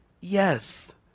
yes